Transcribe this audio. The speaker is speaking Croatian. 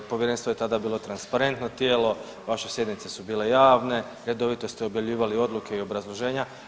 Povjerenstvo je tada bilo transparentno tijelo, vaše sjednice su bile javne, redovito ste objavljivali odluke i obrazloženja.